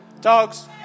Dogs